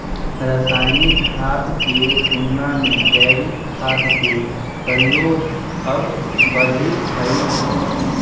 रासायनिक खाद के तुलना में जैविक खाद के प्रयोग अब बढ़ित हई